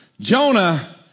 Jonah